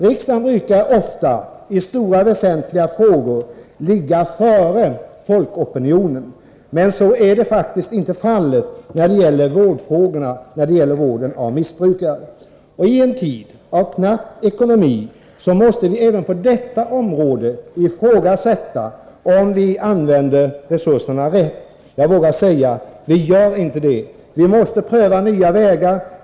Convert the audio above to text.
Riksdagen brukar, i stora och väsentliga frågor, ligga före folkopinionen, men så är faktiskt inte fallet när det gäller frågorna om vård av missbrukare. I en tid av knapp ekonomi måste vi även på detta område ifrågasätta om vi använder resurserna rätt. Jag vågar säga: Vi gör inte det. Vi måste pröva nya vägar.